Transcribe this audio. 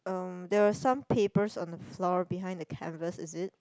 um there are some papers on the floor behind the canvas is it